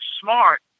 smart